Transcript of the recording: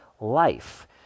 life